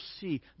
see